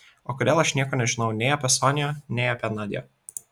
o kodėl aš nieko nežinojau nei apie sonią nei apie nadią